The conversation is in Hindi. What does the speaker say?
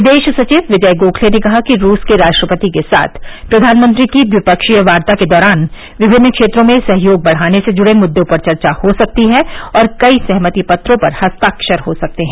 विदेश सचिव विजय गोखते ने कहा कि रूस के राष्ट्रपति के साथ प्रधानमंत्री की द्विपक्षीय वार्ता के दौरान विभिन्न क्षेत्रों में सहयोग बढ़ाने से जुड़े मुद्दों पर चर्चा हो सकती है और कई सहमति पत्रों पर हस्ताक्षर हो सकते हैं